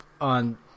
on